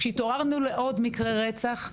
שהתעוררנו לעוד מקרה רצח,